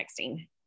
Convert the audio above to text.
texting